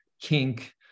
kink